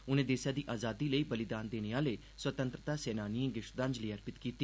उनें देसै दी आजादी लेई बलिदान देने आह्लें स्वतंत्रता सेनानिएं गी श्रद्दांजलि बी अर्पित कीती